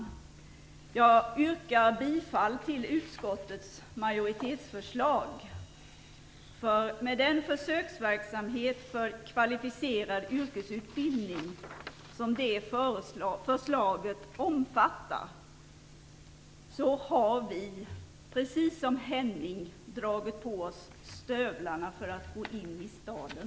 Jag yrkar bifall till utskottets majoritetsförslag, för med den försöksverksamhet för kvalificerad yrkesutbildning som det förslaget omfattar har vi, precis som Henning, dragit på oss stövlarna för att gå in i staden.